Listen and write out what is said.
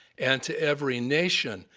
and to every nation,